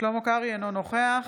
אינו נוכח